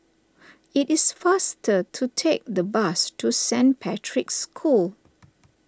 it is faster to take the bus to Saint Patrick's School